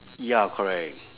ya correct